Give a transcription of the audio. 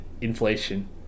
inflation